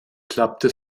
klappte